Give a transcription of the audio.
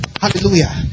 Hallelujah